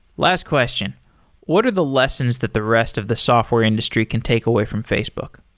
last question what are the lessons that the rest of the software industry can take away from facebook?